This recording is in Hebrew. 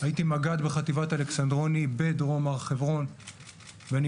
הייתי מג"ד בחטיבת אלכסנדרוני בדרום הר חברון ואני